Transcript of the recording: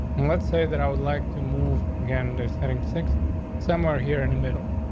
and let's say that i would like to move again. they're setting six somewhere here in the middle.